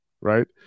right